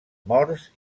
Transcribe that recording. morts